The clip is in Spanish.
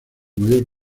mayor